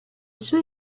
sue